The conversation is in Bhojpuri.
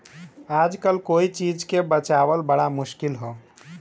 आजकल कोई चीज के बचावल बड़ा मुश्किल हौ